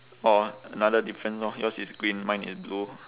orh another difference lor yours is green mine is blue